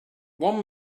one